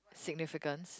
significants